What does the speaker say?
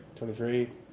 23